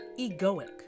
egoic